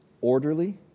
orderly